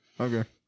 okay